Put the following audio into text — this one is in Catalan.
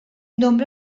nombre